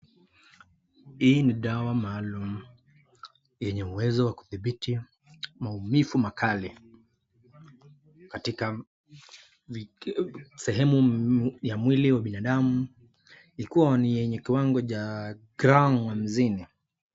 Hii ni dawa maalum yenye uwezo wa kudhibiti maumivu makali katika sehemu ya mwili wa binadamu ikiwa ni yenye kiwango cha gramu hamsini.